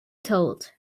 told